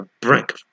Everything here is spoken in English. brink